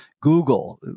Google